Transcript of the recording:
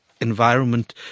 environment